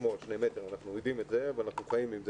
לשמור שני מטרים - אנחנו יודעים זאת ואנחנו בכל זאת חיים עם זה